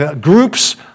groups